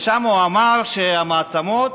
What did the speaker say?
ושם הוא אמר שהמעצמות